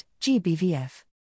GBVF